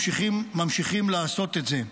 וממשיכים לעשות את זה.